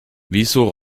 wieso